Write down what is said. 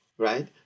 right